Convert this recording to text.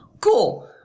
cool